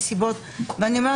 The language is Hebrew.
למה